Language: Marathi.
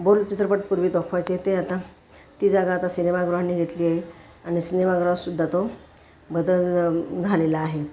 बोलचित्रपटपूर्वी दाखवायचे ते आता ती जागा आता सिनेमागृहांनी घेतली आहे आणि सिनेमागृहात सुद्धा तो बदल झालेला आहे